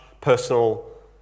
personal